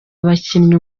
abakinyi